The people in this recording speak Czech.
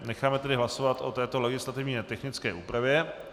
Necháme tedy hlasovat o této legislativně technické úpravě.